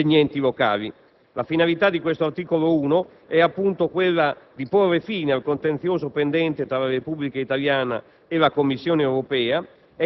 La finalità di questo articolo 1 è appunto quella di porre fine al contenzioso pendente tra la Repubblica italiana e la Commissione europea.